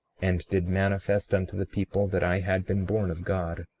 and did manifest unto the people that i had been born of god.